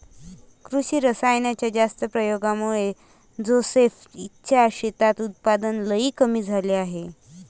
कृषी रासायनाच्या जास्त प्रयोगामुळे जोसेफ च्या शेतात उत्पादन लई कमी झाले आहे